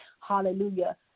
hallelujah